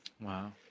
Wow